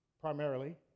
primarily